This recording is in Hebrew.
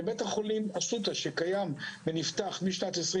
בית החולים אסותא אשדוד אכן נפתח בסוף